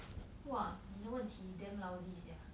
!wah! 你的问题 damn lousy sia